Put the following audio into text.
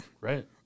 Right